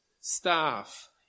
staff